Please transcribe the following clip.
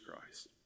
Christ